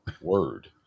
Word